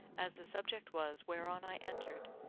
as the subject was whereon i entered,